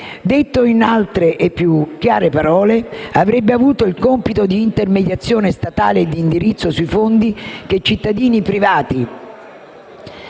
Detto in altre e più chiare parole, avrebbe avuto il compito di intermediazione statale e di indirizzo sui fondi che privati